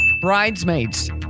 Bridesmaids